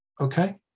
okay